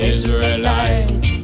Israelite